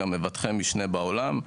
שיהיו מבטחי משנה בעולם,